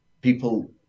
people